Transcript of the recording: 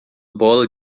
bola